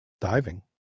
diving